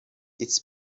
its